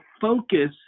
focus